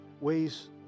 ways